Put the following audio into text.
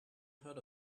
heard